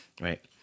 right